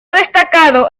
destacado